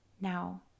Now